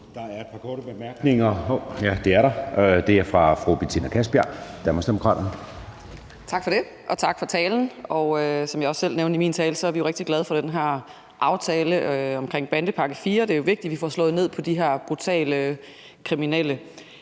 Der er et par korte bemærkninger. Fru Betina Kastbjerg, Danmarksdemokraterne. Kl. 09:50 Betina Kastbjerg (DD): Tak for det, og tak for talen. Som jeg også nævnte i min tale, er vi jo rigtig glade for den her aftale omkring bandepakke IV. Det er jo vigtigt, at vi får slået ned på de her brutale kriminelle.